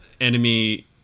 enemy